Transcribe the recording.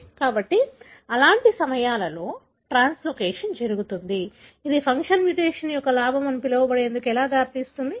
కాబట్టి అలాంటి సమయంలో ట్రాన్స్లోకేషన్ జరుగుతుంది ఇది ఫంక్షన్ మ్యుటేషన్ యొక్క లాభం అని పిలవబడేందుకు ఎలా దారితీస్తుంది